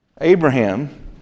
Abraham